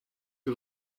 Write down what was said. que